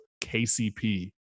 KCP